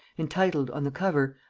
entitled, on the cover,